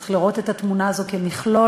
צריך לראות את התמונה הזאת כמכלול,